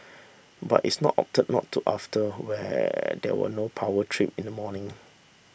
but its not opted not to after where there were no power trip in the morning